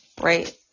right